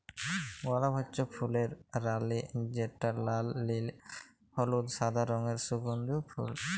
গলাপ হচ্যে ফুলের রালি যেটা লাল, নীল, হলুদ, সাদা রঙের সুগন্ধিও ফুল